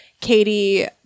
Katie